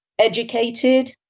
educated